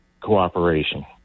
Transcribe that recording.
cooperation